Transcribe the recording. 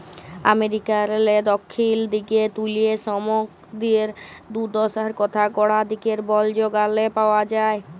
আমেরিকারলে দখ্খিল দিগে তুলে সমিকদের দুদ্দশার কথা গড়া দিগের বল্জ গালে পাউয়া যায়